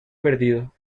perdido